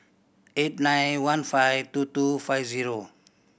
eight nine one five two two five zero